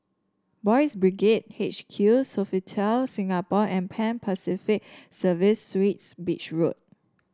Boys' Brigade H Q Sofitel Singapore and Pan Pacific Service Suites Beach Road